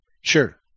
Sure